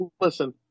Listen